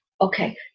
okay